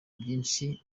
byinshi